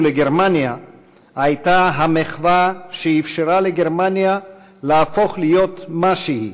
לגרמניה הייתה המחווה שאפשרה לגרמניה להפוך להיות מה שהיא.